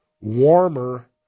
warmer